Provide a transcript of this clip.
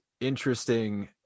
interesting